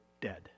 dead